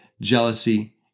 jealousy